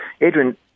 Adrian